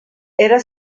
era